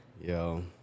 Yo